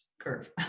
curve